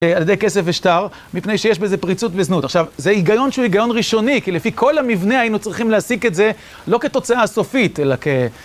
על ידי כסף ושטר, מפני שיש בזה פריצות וזנות. עכשיו, זה היגיון שהוא היגיון ראשוני, כי לפי כל המבנה היינו צריכים להסיק את זה לא כתוצאה סופית, אלא כ...